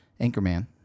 Anchorman